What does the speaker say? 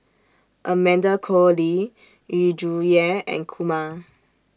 Amanda Koe Lee Yu Zhuye and Kumar